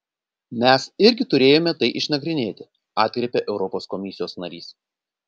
mes irgi turėjome tai išnagrinėti atkreipė europos komisijos narys